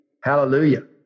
Hallelujah